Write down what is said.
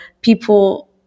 people